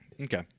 Okay